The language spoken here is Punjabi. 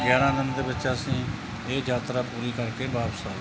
ਗਿਆਰਾਂ ਦਿਨ ਦੇ ਵਿੱਚ ਅਸੀਂ ਇਹ ਯਾਤਰਾ ਪੂਰੀ ਕਰਕੇ ਵਾਪਸ ਆ ਗਏ